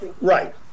Right